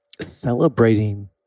celebrating